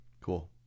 Cool